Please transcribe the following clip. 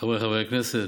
חבריי חברי הכנסת,